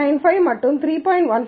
95 மற்றும் 3